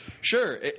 Sure